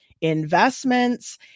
investments